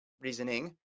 reasoning